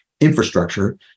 infrastructure